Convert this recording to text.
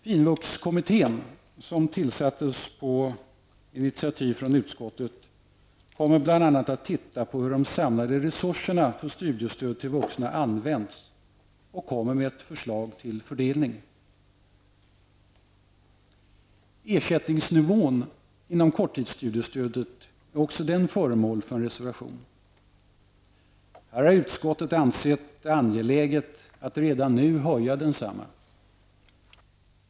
FINVUX-kommittén som tillsattes på initiativ från utskottet kommer bl.a. att se på hur de samlade resurserna för studiestöd till vuxna används och kommer med ett förslag till fördelning. Ersättningsnivån inom korttidsstudiestödet är också den föremål för reservation. Här har utskottet ansett det angeläget att redan nu höja densamma.